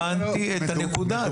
הבנתי את הנקודה.